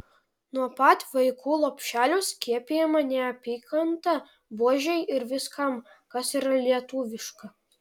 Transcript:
nuo pat vaikų lopšelio skiepijama neapykanta buožei ir viskam kas yra lietuviška